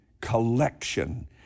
collection